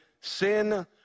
sin